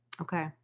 Okay